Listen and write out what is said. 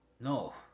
No